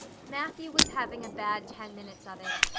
matthew was having a bad ten minutes of it.